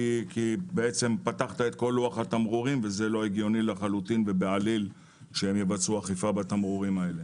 כי פתחת את כל לוח התמרורים ולא הגיוני שיבצעו אכיפה בתמרורים האלה.